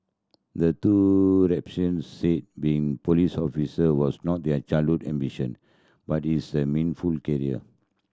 the two said being police of was not their childhood ambition but it's the meaningful career